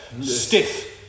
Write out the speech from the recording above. stiff